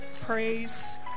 praise